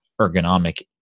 ergonomic